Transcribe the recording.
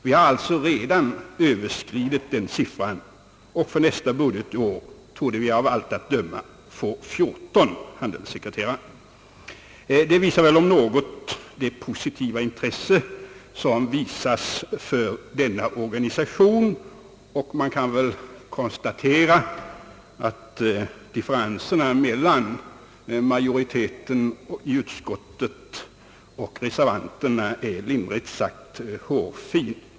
Vi har alltså redan överskridit det antalet, och för nästa budgetår torde vi av allt att döma få 14 handelssekreterare. Detta vittnar väl om något om det positiva intresse som visas för denna organisation. Man kan konstatera att differenserna mellan majoriteten i utskottet och reservanterna är lindrigt sagt hårfina.